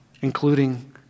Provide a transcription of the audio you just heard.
including